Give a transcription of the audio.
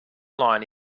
line